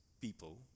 people